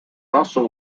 also